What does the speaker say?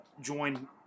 join